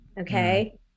okay